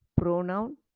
pronoun